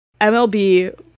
MLB